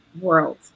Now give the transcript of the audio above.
world